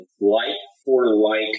Like-for-like